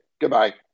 Goodbye